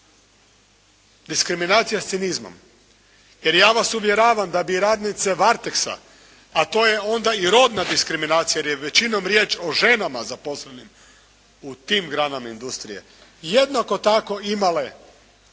diskriminacija s cinizmom jer ja vas uvjeravam da bi radnice Varteksa a to je onda i rodna diskriminacija jer je većinom riječ o ženama zaposlenim u tim granama industrije jednako tako plaću